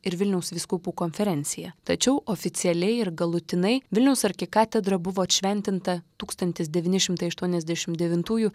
ir vilniaus vyskupų konferencija tačiau oficialiai ir galutinai vilniaus arkikatedra buvo atšventinta tūkstantis devyni šimtai aštuoniasdešimt devintųjų